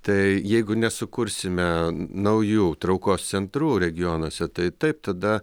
tai jeigu nesukursime naujų traukos centrų regionuose tai taip tada